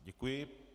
Děkuji.